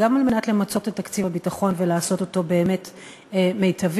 וגם כדי למצות את תקציב הביטחון ולעשות אותו באמת מיטבי,